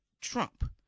Trump